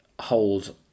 hold